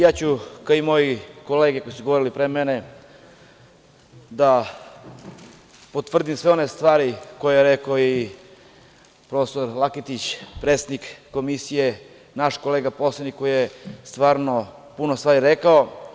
Ja ću kao i moje kolege koji su govorili pre mene da potvrdim sve one stvari koje je rekao i profesor Laketić, predsednik Komisije, naš kolega poslanik, koji je stvarno puno stvari rekao.